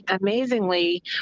amazingly